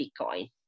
Bitcoin